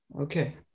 Okay